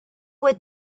would